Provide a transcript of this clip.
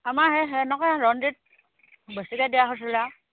আমাৰ সেই সেনেকে ৰঞ্জিত বেছিকে দিয়া হৈছিলে আৰু